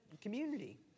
community